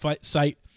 site